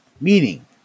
Meaning